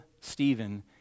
Stephen